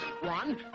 One